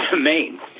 Maine